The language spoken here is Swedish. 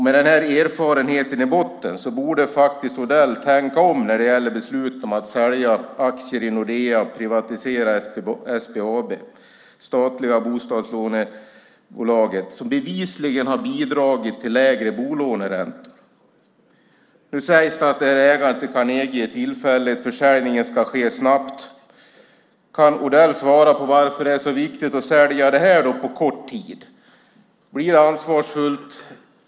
Med den erfarenheten i botten borde Odell tänka om när det gäller beslut om att sälja aktier i Nordea och privatisera SBAB - det statliga bostadslånebolaget som bevisligen har bidragit till lägre bolåneräntor. Nu sägs det att ägandet i Carnegie är tillfälligt och att försäljningen ska ske snabbt. Kan Odell svara på varför det är så viktigt att sälja Carnegie på kort tid? Blir det ansvarsfullt?